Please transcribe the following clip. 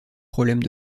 problèmes